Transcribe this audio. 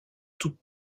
toute